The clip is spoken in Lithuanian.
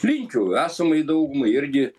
linkiu esamai daugumai irgi